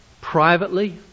privately